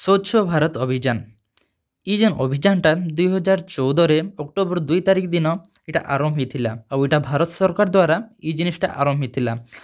ସ୍ୱଚ୍ଛ ଭାରତ ଅଭିଯାନ୍ ଇ ଯେନ୍ ଅଭିଯାନ୍ ଟା ଦୁଇ ହଜାର୍ ଚଉଦରେ ଅକ୍ଟୋବର୍ ଦୁଇ ତାରିଖ୍ ଦିନ ଇ'ଟା ଆରମ୍ଭ୍ ହେଇଥିଲା ଆଉ ଇ'ଟା ଭାରତ୍ ସରକାର୍ ଦ୍ଵାରା ଇ ଜିନିଷ୍ଟା ଆରମ୍ଭ୍ ହେଇଥିଲା